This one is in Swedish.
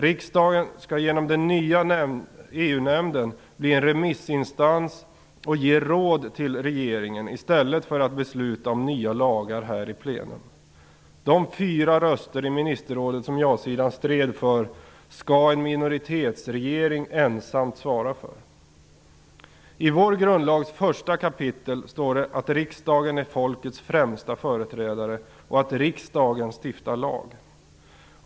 Riksdagen skall genom den nya EU-nämnden bli en remissinstans och ge råd till regeringen i stället för att besluta om nya lagar här i plenum. De fyra röster i ministerrådet som ja-sidan stred för skall en minoritetsregering ensam svara för. I vår grundlags första kapitel står det att riksdagen är folkets främsta företrädare och att riksdagen stiftar lag.